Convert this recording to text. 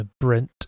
brent